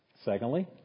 Secondly